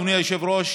אדוני היושב-ראש,